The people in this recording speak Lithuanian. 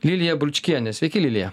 lilija bručkienė sveiki lilija